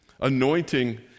anointing